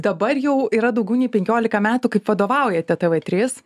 dabar jau yra daugiau nei penkiolika metų kaip vadovaujate tv trys